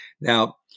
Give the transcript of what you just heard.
Now